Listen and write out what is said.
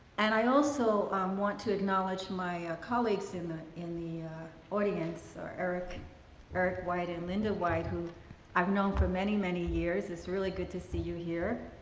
and i also want to acknowledge my colleagues in the in the audience, eric eric white and linda white, who i've known for many, many years. it's really good to see you here.